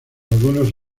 algunos